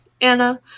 Anna